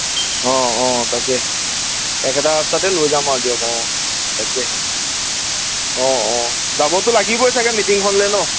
অঁ অঁ তাকে একেটা ৰাস্তাতে লৈ যাম আৰু দিয়ক অঁ তাকেহে অঁ অঁ যাবতো লাগিবই চাগে মিটিঙখনলৈ ন